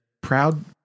proud